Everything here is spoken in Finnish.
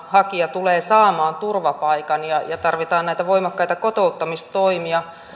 hakija tulee saamaan suomesta turvapaikan ja ja tarvitaan näitä voimakkaita kotouttamistoimia